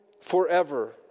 forever